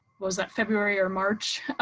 was that february or march.